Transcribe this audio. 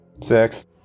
Six